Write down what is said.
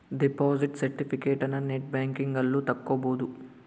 deposit ಸೆರ್ಟಿಫಿಕೇಟನ net banking ಅಲ್ಲು ತಕ್ಕೊಬೊದು